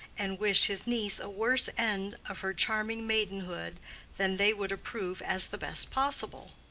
and wish his niece a worse end of her charming maidenhood than they would approve as the best possible?